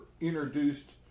introduced